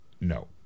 No